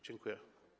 Dziękuję.